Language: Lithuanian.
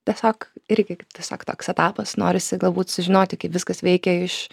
tiesiog irgi tiesiog toks etapas norisi galbūt sužinoti kaip viskas veikia iš